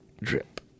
drip